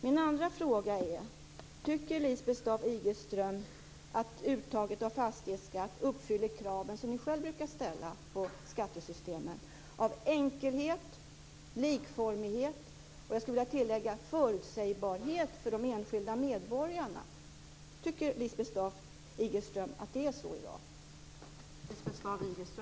Min andra fråga är: Tycker Lisbeth Staaf Igelström att uttaget av fastighetsskatt uppfyller kraven som ni själva brukar ställa på skattesystemen: enkelhet, likformighet och, skulle jag vilja tillägga, förutsägbarhet för de enskilda medborgarna? Tycker Lisbeth Staaf-Igelström att det är så i dag?